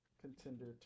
contender